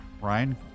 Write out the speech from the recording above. Ryan